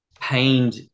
pained